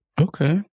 Okay